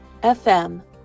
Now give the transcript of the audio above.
FM